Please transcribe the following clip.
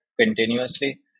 continuously